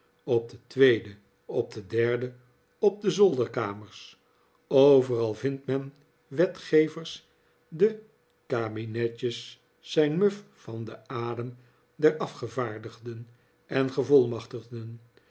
op de tweede op de derde op de zolderkamers overal vindt men wetgevers de kabinetjes zijn muf van den adem der afgevaardigden en gevolmachtigden